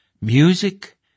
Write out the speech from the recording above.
music